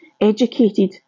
educated